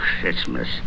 christmas